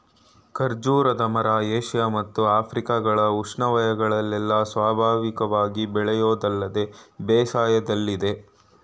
ಖರ್ಜೂರದ ಮರ ಏಷ್ಯ ಮತ್ತು ಆಫ್ರಿಕಗಳ ಉಷ್ಣವಯಗಳಲ್ಲೆಲ್ಲ ಸ್ವಾಭಾವಿಕವಾಗಿ ಬೆಳೆಯೋದಲ್ಲದೆ ಬೇಸಾಯದಲ್ಲಿದೆ